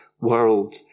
world